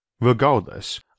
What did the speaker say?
Regardless